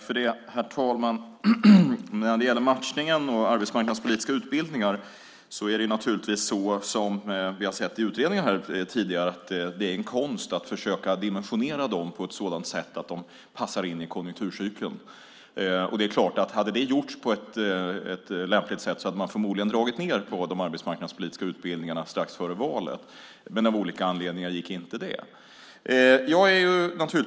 Herr talman! När det gäller matchning och arbetsmarknadspolitiska utbildningar är det naturligtvis, som vi har sett i utredningar tidigare, en konst att försöka dimensionera dem på ett sådant sätt att de passar in i konjunkturcykeln. Om det hade gjorts på ett lämpligt sätt hade man förmodligen dragit ned på de arbetsmarknadspolitiska utbildningarna strax före valet. Av olika anledningar gick inte det.